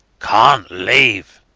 cant leave.